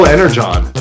Energon